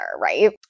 Right